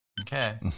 Okay